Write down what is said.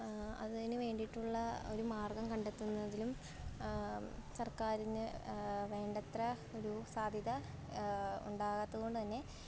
അതിന് വേണ്ടിയിട്ടുള്ള ഒരു മാർഗ്ഗം കണ്ടെത്തുന്നതിലും സർക്കാരിന് വേണ്ടത്ര ഒരു സാധ്യത ഉണ്ടാകാത്തത് കൊണ്ട് തന്നെ